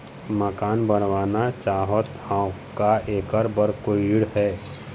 मकान बनवाना चाहत हाव, का ऐकर बर कोई ऋण हे?